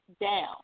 down